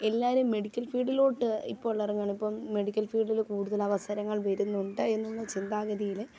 എല്ലാവരും മെഡിക്കൽ ഫീൾഡിലോട്ട് ഇപ്പോളെറങ്ങാണ് ഇപ്പം മെഡിക്കൽ ഫീൽഡില് കൂടുതലവസരങ്ങൾ വരുന്നുണ്ട് എന്നുള്ള ചിന്താഗതിയില്